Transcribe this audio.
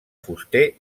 fuster